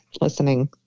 listening